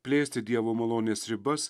plėsti dievo malonės ribas